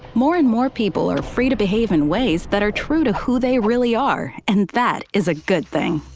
more and more people are free to behave in ways that are true to who they really are, and that is a good thing.